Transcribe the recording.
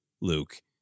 Luke